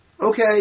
Okay